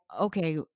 okay